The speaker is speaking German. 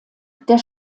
der